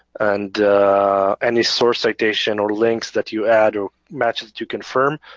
and any source citation or links that you add, or matches you confirm.